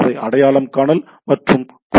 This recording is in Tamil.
அவை அடையாளம் காணல் மற்றும் கொடிகள்